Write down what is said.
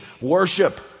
worship